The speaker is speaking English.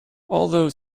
although